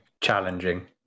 challenging